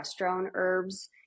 herbs